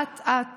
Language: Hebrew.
אט-אט